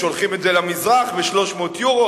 שולחים את זה למזרח ב-300 יורו,